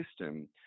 system